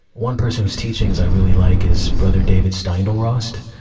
one person whose teachings i really like is brother david steindl-rast.